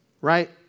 right